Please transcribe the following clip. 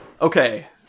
Okay